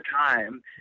time